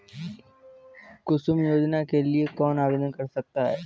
कुसुम योजना के लिए कौन आवेदन कर सकता है?